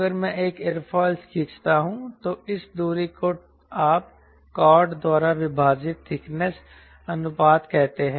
अगर मैं एक एयरफॉइल खींचता हूं तो इस दूरी को आप कॉर्ड द्वारा विभाजित ठीकनेस अनुपात कहते हैं